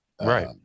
right